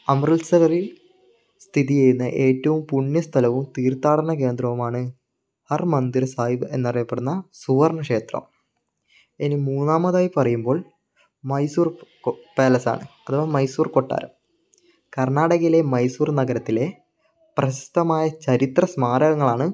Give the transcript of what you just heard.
അമൃത്സറിൽ സ്ഥിതിചെയ്യുന്ന ഏറ്റവും പുണ്യസ്ഥലവും തീർത്ഥാടന കേന്ദ്രവുമാണ് ഹർമന്ദിർ സാഹിബ് എന്നറിയപ്പെടുന്ന സുവർണ്ണ ക്ഷേത്രം ഇനി മൂന്നാമതായി പറയുമ്പോൾ മൈസൂർ പാലസ് ആണ് അഥവാ മൈസൂർ കൊട്ടാരം കർണ്ണാടകയിലെ മൈസൂർ നഗരത്തിലെ പ്രശസ്തമായ ചരിത്ര സ്മാരകങ്ങളാണ്